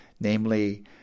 namely